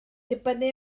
dibynnu